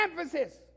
emphasis